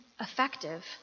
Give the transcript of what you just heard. effective